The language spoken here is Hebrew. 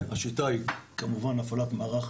השיטה היא, כמובן הפעלת מערך